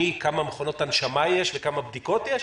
מכמה מכונות הנשמה יש וכמה בדיקות יש,